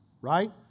right